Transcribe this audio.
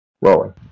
rolling